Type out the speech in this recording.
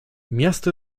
miasto